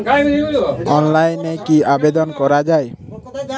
অনলাইনে কি আবেদন করা য়ায়?